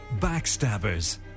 backstabbers